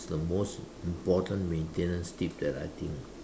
the most important maintenance tip that I think